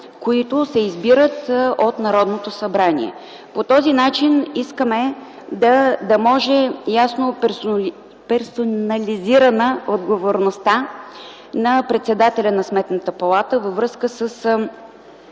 които се избират от Народното събрание. По този начин искаме да може ясно персонализиране на отговорността на председателя на Сметната палата във връзка с